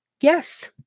Yes